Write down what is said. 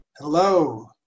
Hello